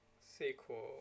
sequel